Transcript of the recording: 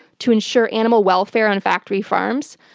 to ensure animal welfare on factory farms,